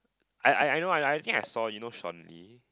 I I I I know I I think I saw you know Shaun-Lee